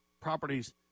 properties